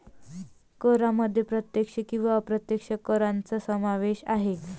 करांमध्ये प्रत्यक्ष किंवा अप्रत्यक्ष करांचा समावेश आहे